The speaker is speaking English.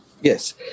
Yes